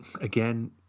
again